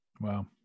Wow